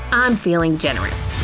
i'm feeling generous.